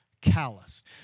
calloused